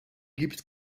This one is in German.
gibt